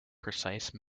precise